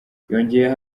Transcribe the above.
yongeyeho